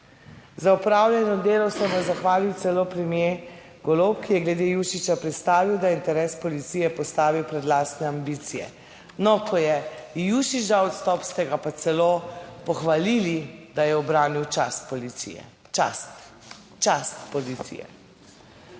Za opravljeno delo se mu je zahvalil celo premier Golob, ki je glede Jušića predstavil, da je interes policije postavil pred lastne ambicije. No, ko je Jušića odstop, ste ga pa celo pohvalili, da je ubranil čast policije, čast policije.